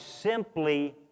simply